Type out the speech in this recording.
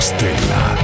Stella